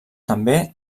també